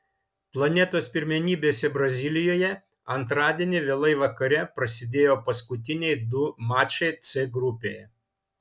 planetos pirmenybėse brazilijoje antradienį vėlai vakare prasidėjo paskutiniai du mačai c grupėje